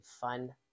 fun